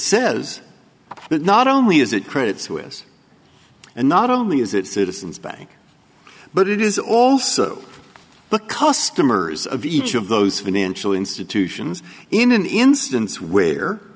says that not only is it credit suisse and not only is it citizens bank but it is also the customers of each of those financial institutions in an instance where